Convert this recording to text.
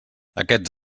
aquests